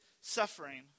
suffering